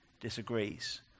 disagrees